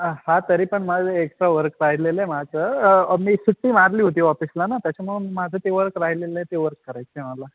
हां तरी पण माझं एक्स्ट्रा वर्क राहिलेलं आहे माझं मी सुट्टी मारली होती ऑफिसला ना त्याच्यामुळे माझं ते वर्क राहिलेलं आहे ते वर्क करायचं आहे मला